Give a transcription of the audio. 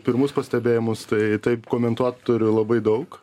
pirmus pastebėjimus tai taip komentuot turiu labai daug